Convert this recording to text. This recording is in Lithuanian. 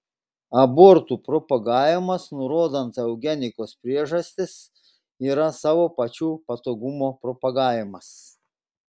abortų propagavimas nurodant eugenikos priežastis yra savo pačių patogumo propagavimas